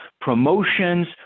promotions